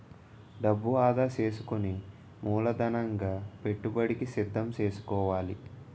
డబ్బు ఆదా సేసుకుని మూలధనంగా పెట్టుబడికి సిద్దం సేసుకోవాలి